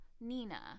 nina